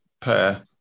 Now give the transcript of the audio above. pair